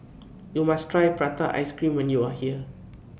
YOU must Try Prata Ice Cream when YOU Are here